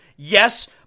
Yes